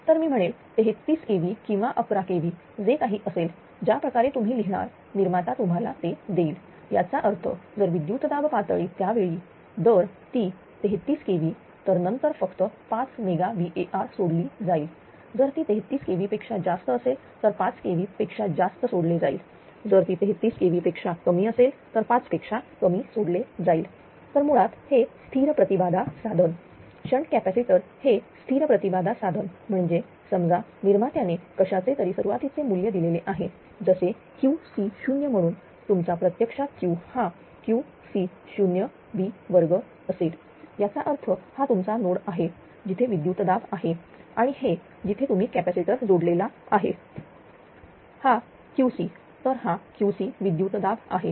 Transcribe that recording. तर मी म्हणेल 33 kV किंवा 11 kV जे काहीअसेल ज्याप्रकारे तुम्ही लिहिणार निर्माता तुम्हाला ते देईल याचा अर्थ जर विद्युतदाब पातळी त्यावेळी दर ती 33 kV तर नंतर फक्त 5 मेगा VAr सोडली जाईल जर ती 33 kV पेक्षा जास्त असेल तर 5 पेक्षा जास्त सोडले जाईल जर ती 33 kV पेक्षा कमी असेल तर 5 पेक्षा कमी सोडले जाईल तर मुळात हे स्थिर प्रती बाधा साधन शंट कॅपॅसिटर हे स्थिर प्रती बाधा साधन म्हणजे समजा निर्मात्याने कशाचे तरी सुरुवातीचे मूल्य दिलेले आहे जसे QC0 म्हणून तुमचा प्रत्यक्षात Q हा QC0V2 असेल याचा अर्थ हा तुमचा नोड आहे जिथे विद्युतदाब आहे आणि हे जिथे तुम्ही कॅपॅसिटर जोडलेला आहे हा QC तर हा QC विद्युतदाब आहे